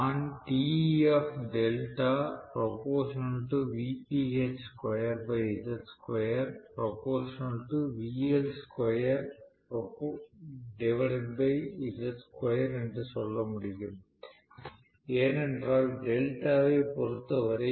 நான் என்று சொல்ல முடியும் ஏனென்றால் டெல்டாவை பொறுத்தவரை